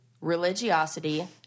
religiosity